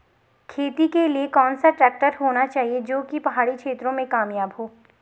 खेती के लिए कौन सा ट्रैक्टर होना चाहिए जो की पहाड़ी क्षेत्रों में कामयाब हो?